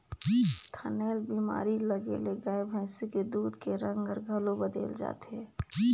थनैल बेमारी लगे ले गाय भइसी के दूद के रंग हर घलो बदेल जाथे